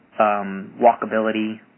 walkability